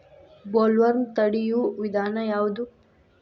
Bollworm ತಡಿಯು ವಿಧಾನ ಯಾವ್ದು?